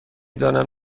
دانم